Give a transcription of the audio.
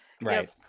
Right